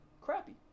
crappy